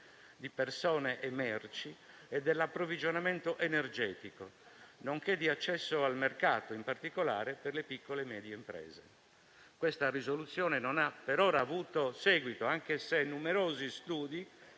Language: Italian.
di persone e merci e dell'approvvigionamento energetico nonché in termini di accesso al mercato, in particolare per le piccole e medie imprese». Questa risoluzione per ora non ha avuto seguito, nonostante numerosi studi